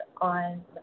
on